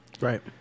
Right